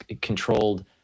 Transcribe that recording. controlled